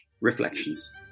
reflections